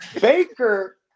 Baker